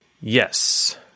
Yes